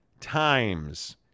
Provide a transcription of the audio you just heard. times